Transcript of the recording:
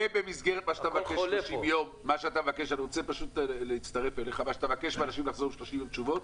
ובמסגרת מה שאתה מבקש מאנשים לחזור ב-30 יום עם תשובות,